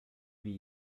wie